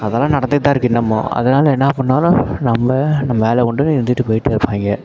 அதெல்லாம் நடந்துகிட்டு தான் இருக்கு இன்னுமும் அதனால் என்ன பண்ணிணாலும் நம்ம நம்ம வேலை உண்டுன்னு இருந்துகிட்டு போய்கிட்டே இருப்பாங்க